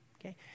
Okay